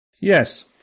yes